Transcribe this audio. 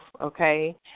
okay